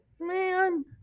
Man